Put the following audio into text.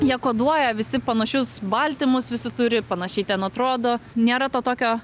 jie koduoja visi panašius baltymus visi turi panašiai ten atrodo nėra to tokio